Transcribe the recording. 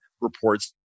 reports